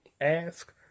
ask